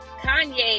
kanye